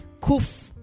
Kuf